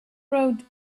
road